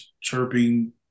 chirping